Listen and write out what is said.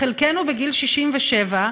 חלקנו בגיל 67,